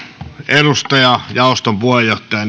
edustaja jaoston puheenjohtaja